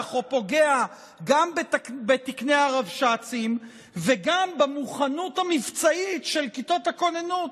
או פוגע גם בתקני הרבש"צים וגם במוכנות המבצעית של כיתות הכוננות,